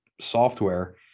software